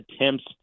attempts